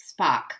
spock